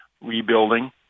rebuilding